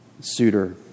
suitor